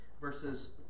verses